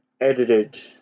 edited